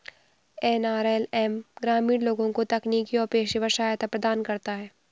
NRLM ग्रामीण लोगों को तकनीकी और पेशेवर सहायता प्रदान करता है